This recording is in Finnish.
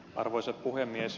arvoisa puhemies